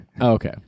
okay